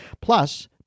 Plus